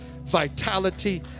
vitality